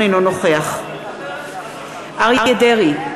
אינו נוכח אריה דרעי,